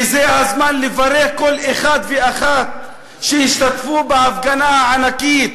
וזה הזמן לברך כל אחד ואחת שהשתתפו בהפגנה הענקית.